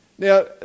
Now